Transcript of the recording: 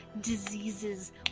diseases